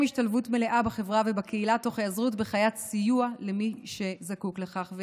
השתלבות מלאה בחברה ובקהילה תוך היעזרות בחיית סיוע למי שזקוק לכך.